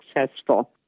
successful